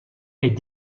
est